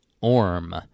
Orm